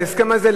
בהסכם הזה,